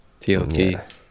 TLT